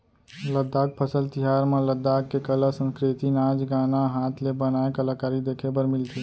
लद्दाख फसल तिहार म लद्दाख के कला, संस्कृति, नाच गाना, हात ले बनाए कलाकारी देखे बर मिलथे